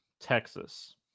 Texas